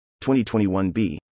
2021b